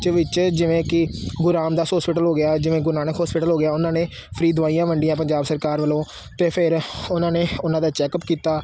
'ਚ ਵਿੱਚ ਜਿਵੇਂ ਕਿ ਗੁਰੂ ਰਾਮਦਾਸ ਹੋਸਪਿਟਲ ਹੋ ਗਿਆ ਜਿਵੇਂ ਗੁਰੂ ਨਾਨਕ ਹੋਸਪਿਟਲ ਹੋ ਗਿਆ ਉਹਨਾਂ ਨੇ ਫਰੀ ਦਵਾਈਆਂ ਵੰਡੀਆਂ ਪੰਜਾਬ ਸਰਕਾਰ ਵੱਲੋਂ ਅਤੇ ਫਿਰ ਉਹਨਾਂ ਨੇ ਉਹਨਾਂ ਦਾ ਚੈੱਕਅੱਪ ਕੀਤਾ